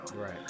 Right